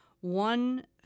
one